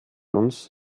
uns